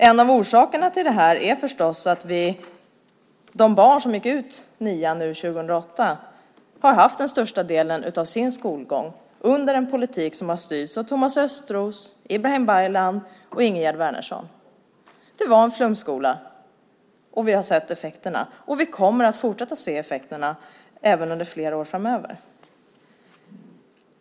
En av orsakerna till det är förstås att de barn som gick ut nian 2008 under största delen av sin skolgång gick i en skola som hade styrts av den politik som fördes av Thomas Östros, Ibrahim Baylan och Ingegerd Wärnersson. Det var en flumskola. Vi har sett effekterna av den, och vi kommer att fortsätta att se effekterna under flera år framöver.